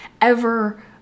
ever-